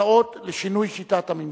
הצעות לשינוי שיטת הממשל.